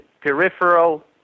peripheral